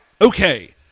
Okay